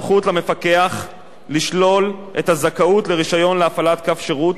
לשלול את הזכאות לרשיון להפעלת קו שירות מתאגידים שלא